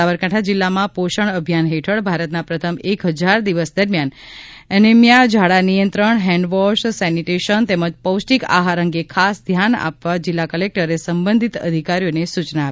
સાબરકાંઠા જિલ્લામાં પોષણ અભિયાન હેઠળ ભારતના પ્રથમ એક હજાર દિવસ દરમિયાન એમેનિયા ઝાડા નિયંત્રણ હેન્ડ વોશ સેનિટેશન તેમજ પૌષ્ટિક આહાર અંગે ખાસ ધ્યાન આપવા જિલ્લા કલેક્ટરે સંબંધિત અધિકારીઓને સૂચના આપી છે